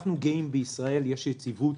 בישראל אנחנו גאים כי יש יציבות.